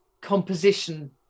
composition